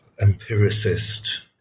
empiricist